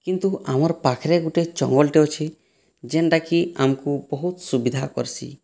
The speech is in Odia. କିନ୍ତୁ ଆମର୍ ପାଖ୍ରେ ଗୁଟେ ଜଙ୍ଗଲ୍ଟେ ଅଛେ ଯେନ୍ଟାକି ଆମ୍କୁ ବହୁତ୍ ସୁବିଧା କର୍ସି